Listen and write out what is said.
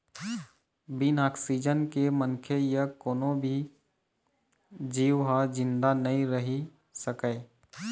बिन ऑक्सीजन के मनखे य कोनो भी जींव ह जिंदा नइ रहि सकय